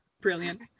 Brilliant